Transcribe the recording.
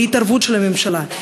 להתערבות של הממשלה,